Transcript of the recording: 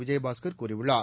விஜயபாஸ்கர் கூறியுள்ளார்